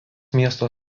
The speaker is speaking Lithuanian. miesto